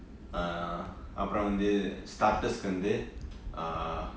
err அப்பரொ வந்து:appro vanthu starters வந்து:vanthu err